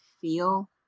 feel